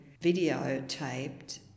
videotaped